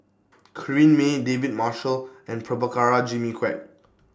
Corrinne May David Marshall and Prabhakara Jimmy Quek